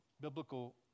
biblical